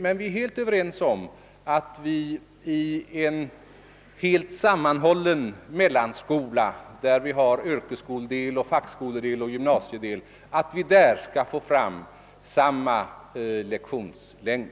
Men vi är överens om att vi i en helt sammanhållen mellanskola, där vi har yrkesskoledel, fackskoledel och gymnasiedel, skall få fram gemensam lektionslängd.